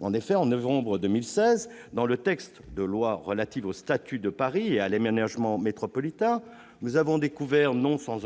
En effet, en novembre 2016, dans le projet de loi relative au statut de Paris et à l'aménagement métropolitain, nous avons découvert non sans